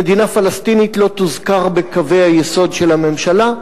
שמדינה פלסטינית לא תוזכר בקווי היסוד של הממשלה,